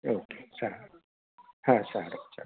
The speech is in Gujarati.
ઓકે સારું હા સારું ચાલો